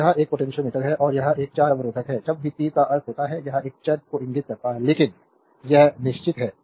तो यह एक पोटेंशियोमीटर है और यह एक चर अवरोधक है जब भी तीर का अर्थ होता है यह एक चर को इंगित करता है लेकिन यह एक निश्चित है